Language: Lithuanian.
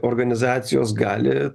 organizacijos gali